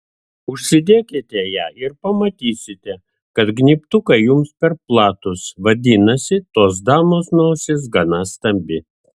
užsidėkite ją ir pamatysite kad gnybtukai jums per platūs vadinasi tos damos nosis gana stambi